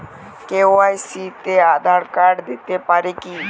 KYC তে Aadhaar card দিতে পারি কি?